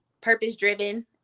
purpose-driven